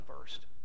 first